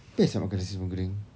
best tak makan nasi sambal goreng